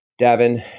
Davin